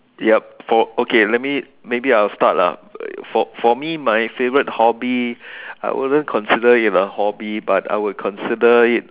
yup for okay let me maybe I'll start lah uh for me my favourite hobby I wouldn't consider it a hobby but I would consider it